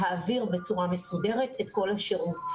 ונעביר בצורה מסודרת את כל השירות.